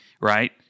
right